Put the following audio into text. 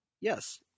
Yes